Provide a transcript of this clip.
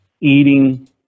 eating